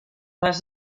les